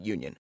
Union